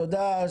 שילה, תודה.